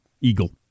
eagle